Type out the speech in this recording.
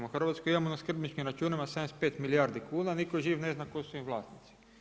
A Hrvatsku imamo na skrbničkim računima 75 milijardi kuna, nitko živ ne zna tko su im vlasnici.